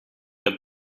the